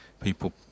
people